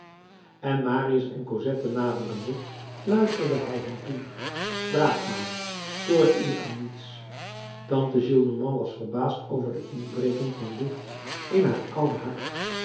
en marius en cosette naderende fluisterde hij hen toe praat maar stoort u aan niets tante gillenormand was verbaasd over de inbreking van licht in haar oude hart